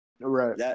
Right